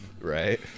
Right